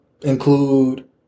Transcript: include